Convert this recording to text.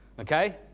Okay